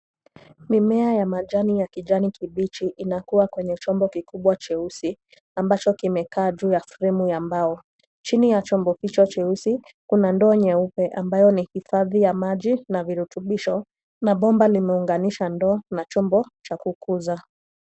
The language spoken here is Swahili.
Mimea ya majani ya kijani kibichi inakua kwenye chombo kikubwa cheusi, ambacho kimekaa juu ya fremu ya mbao. Chini ya chombo hicho cheusi, kuna ndoo nyeupe amabayo ni hifadhi ya maji na virutubisho na bomba limeunganisha ndoo na chombo cha kukuza.